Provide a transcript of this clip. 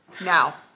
now